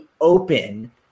open